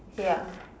ya